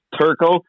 Turco